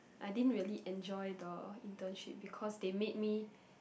I didn't really enjoy the internship because they made me